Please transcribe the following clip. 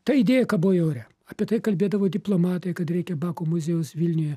ta idėja kabojo ore apie tai kalbėdavo diplomatai kad reikia bako muziejaus vilniuje